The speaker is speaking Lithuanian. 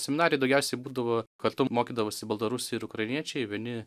seminarijoj daugiausiai būdavo kartu mokydavosi baltarusiai ir ukrainiečiai vieni